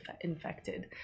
infected